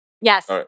Yes